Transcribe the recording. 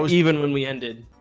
even when we ended